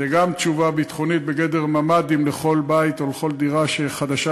זו גם תשובה ביטחונית בגדר ממ"דים לכל בית ולכל דירה חדשה